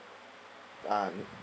uh